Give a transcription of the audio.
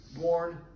born